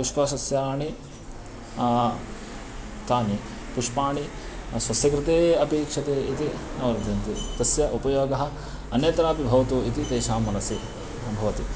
पुष्पसस्याणि तानि पुष्पाणि स्वस्य कृते अपेक्षते इति न वर्धन्ते तस्य उपयोगः अन्यत्रापि भवतु इति तेषां मनसि भवति